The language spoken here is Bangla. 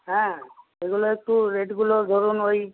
হ্যাঁ এগুলো একটু রেটগুলো ধরুন ওই